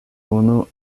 unu